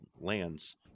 lands